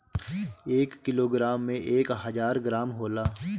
एक किलोग्राम में एक हजार ग्राम होला